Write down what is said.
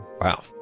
Wow